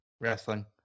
wrestling